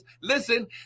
Listen